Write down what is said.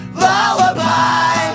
lullaby